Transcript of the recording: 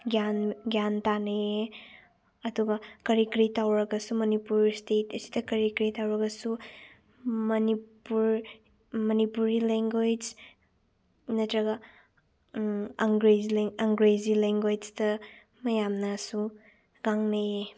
ꯒ꯭ꯌꯥꯟ ꯒ꯭ꯌꯥꯟ ꯇꯥꯅꯩꯌꯦ ꯑꯗꯨꯒ ꯀꯔꯤ ꯀꯔꯤ ꯇꯧꯔꯒꯁꯨ ꯃꯅꯤꯄꯨꯔ ꯏꯁꯇꯦꯠ ꯑꯁꯤꯗ ꯀꯔꯤ ꯀꯔꯤ ꯇꯧꯔꯒꯁꯨ ꯃꯅꯤꯄꯨꯔ ꯃꯅꯤꯄꯨꯔꯤ ꯂꯦꯡꯒ꯭ꯋꯦꯁ ꯅꯠꯇ꯭ꯔꯒ ꯑꯪꯒ꯭ꯔꯦꯖ ꯑꯪꯒ꯭ꯔꯦꯖꯤ ꯂꯦꯡꯒ꯭ꯋꯦꯁꯇ ꯃꯌꯥꯝꯅꯁꯨ ꯉꯥꯡꯅꯩꯌꯦ